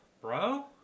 bro